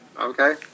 okay